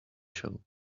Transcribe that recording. show